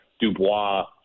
Dubois